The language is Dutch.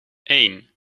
één